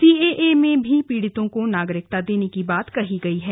CAA में भी पीड़ितों को नागरिकता देने की बात कही गई है